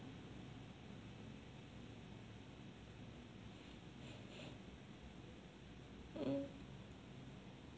mm